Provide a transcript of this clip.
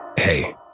Hey